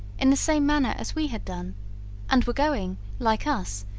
in the same manner as we had done and were going, like us,